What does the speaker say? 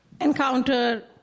encounter